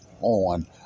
on